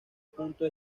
punto